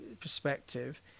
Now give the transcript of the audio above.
perspective